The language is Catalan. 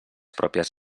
pròpies